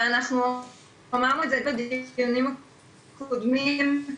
ואנחנו אמרנו את זה בדיונים הקודמים,